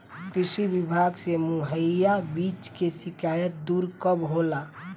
कृषि विभाग से मुहैया बीज के शिकायत दुर कब होला?